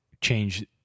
change